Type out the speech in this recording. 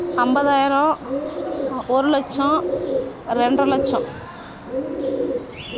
ஐம்பதாயிரோம் ஒரு லட்சம் ரெண்டு லட்சம்